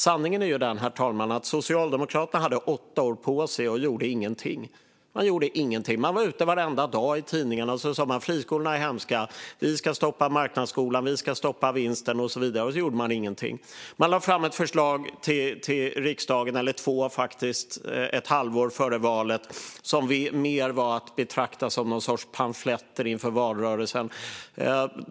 Sanningen är den, herr talman, att Socialdemokraterna hade åtta år på sig och gjorde ingenting. Man gjorde ingenting. Man var ute i tidningarna varenda dag och sa att friskolorna är hemska, vi ska stoppa marknadsskolan, vi ska stoppa vinsten och så vidare, och så gjorde man ingenting. Man lade fram ett förslag - eller två, faktiskt - ett halvår före valet som mer var att betrakta som någon sorts pamfletter inför valrörelsen.